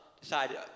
decided